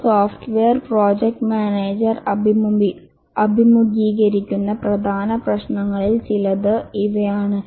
ഒരു software project manager അഭിമുഖീകരിക്കുന്ന പ്രധാന പ്രശ്നങ്ങളിൽ ചിലത് ഇവയാണ്